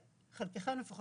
אבל כמערכת הם נורא נורא,